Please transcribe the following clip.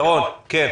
כן.